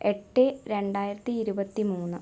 എട്ട് രണ്ടായിരത്തി ഇരുപത്തി മൂന്ന്